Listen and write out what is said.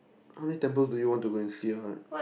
how many temples do you want to go and see what